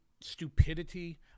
stupidity